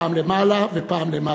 פעם למעלה ופעם למטה.